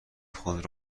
خود